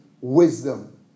wisdom